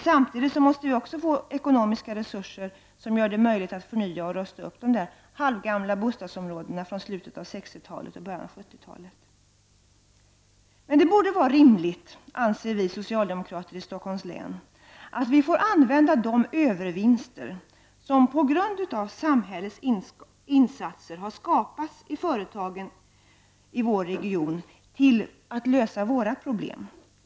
Samtidigt måste vi få ekonomiska resurser som gör det möjligt att förnya och rusta upp de halvgamla bostadsområdena från slutet av Det borde vara rimligt, anser vi socialdemokrater i Stockholms län, att vi får använda de övervinster som på grund av samhällets insatser har skapats i företagen i vår region till att lösa våra problem.